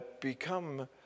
become